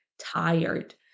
tired